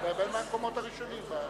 בין המקומות הראשונים.